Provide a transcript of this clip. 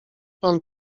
pan